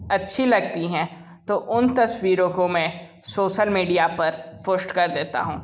अच्छी लगती हैं तो उन तस्वीरों को मैं सोसल मीडिया पर पोष्ट कर देता हूँ